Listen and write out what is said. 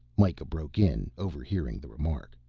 mikah broke in, overhearing the remark.